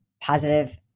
positive